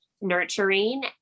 nurturing